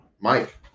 Mike